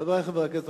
חברי חברי הכנסת,